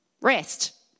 rest